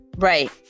Right